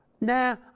nah